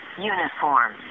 uniform